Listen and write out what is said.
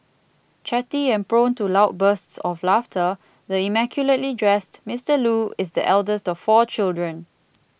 chatty and prone to loud bursts of laughter the immaculately dressed Mister Loo is the eldest of four children